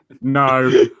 No